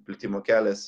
plitimo kelias